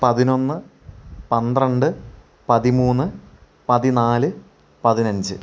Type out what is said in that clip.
പതിനൊന്ന് പന്ത്രണ്ട് പതിമൂന്ന് പതിനാല് പതിനഞ്ച്